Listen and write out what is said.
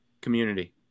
community